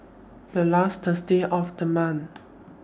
The last Thursday of The month